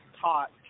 taught